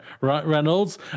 Reynolds